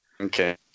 Okay